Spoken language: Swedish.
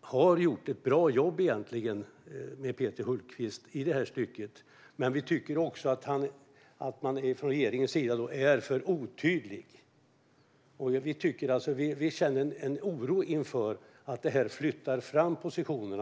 har gjort ett bra jobb i det här stycket. Men vi tycker också att man är för otydlig från regeringens sida. Vi känner en oro för att det här ska flytta fram positionerna.